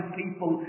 people